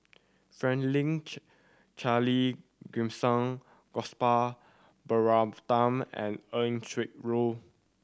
Franklin Charle Gimson Gopal Baratham and Eng Loy